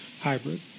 hybrid